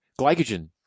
glycogen